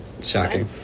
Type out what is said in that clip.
Shocking